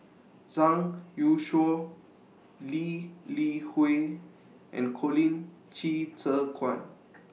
Zhang Youshuo Lee Li Hui and Colin Qi Zhe Quan